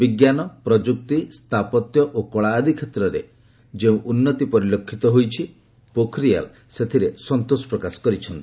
ବିଜ୍ଞାନ ପ୍ରଯୁକ୍ତି ସ୍ଥାପତ୍ୟ ଓ କଳା ଆଦି କ୍ଷେତ୍ରରେ ଯେଉଁ ଉନ୍ନତି ପରିଲକ୍ଷିତ ହୋଇଛି ଶ୍ରୀ ପୋଖରିଆଲ ସେଥିରେ ସନ୍ତୋଷ ପ୍ରକାଶ କରିଛନ୍ତି